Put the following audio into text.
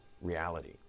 reality